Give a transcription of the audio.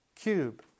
cube